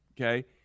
Okay